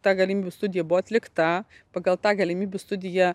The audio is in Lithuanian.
ta galimybių studija buvo atlikta pagal tą galimybių studiją